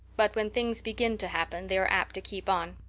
but when things begin to happen they are apt to keep on.